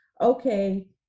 okay